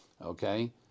Okay